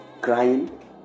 crying